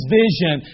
vision